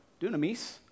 dunamis